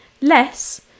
less